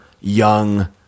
young